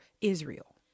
Israel